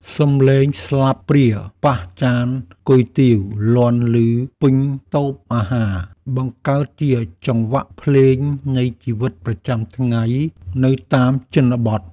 សម្លេងស្លាបព្រាប៉ះចានគុយទាវលាន់ឮពេញតូបអាហារបង្កើតជាចង្វាក់ភ្លេងនៃជីវិតប្រចាំថ្ងៃនៅតាមជនបទ។